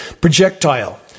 projectile